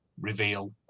reveal